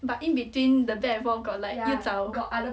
but in between the back and forth got like 去找